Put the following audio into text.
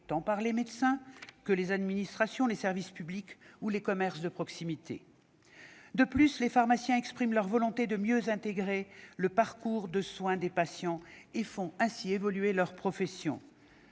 tant par les médecins que par les administrations, les services publics ou les commerces de proximité. De plus, les pharmaciens expriment leur volonté de mieux s'inscrire dans le parcours de soins des patients. Ils font ainsi évoluer leur profession